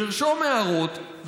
לרשום הערות,